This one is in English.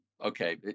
okay